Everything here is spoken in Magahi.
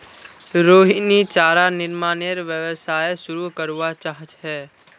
रोहिणी चारा निर्मानेर व्यवसाय शुरू करवा चाह छ